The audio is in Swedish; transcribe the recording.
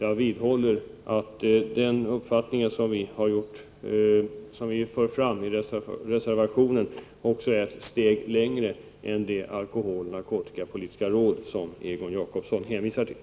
Jag vidhåller att den uppfattning som vi för fram i reservationen är ett steg längre än det alkoholoch narkotikapolitiska råd som Egon Jacobsson hänvisar till.